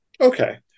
Okay